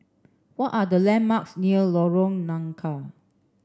what are the landmarks near Lorong Nangka